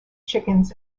chickens